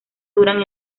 duran